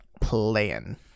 Playing